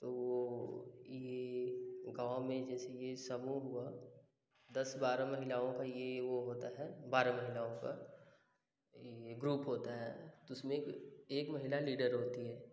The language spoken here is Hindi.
तो ये गाँव में जैसे कि समूह हुआ दस बारह महिलाओं का ये वो होता है बारह महिलाओं का ग्रुप होता है तो उसमें एक महिला लीडर होती है